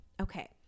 Okay